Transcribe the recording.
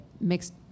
mixed